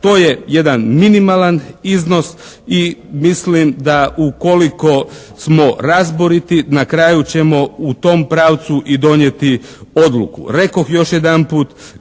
To je jedan minimalan iznos i mislim da ukoliko smo razboriti na kraju ćemo u tom pravcu i donijeti odluku. Rekoh još jedanput,